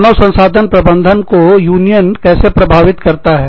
मानव संसाधन प्रबंधन को यूनियन कैसे प्रभावित करता है